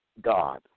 God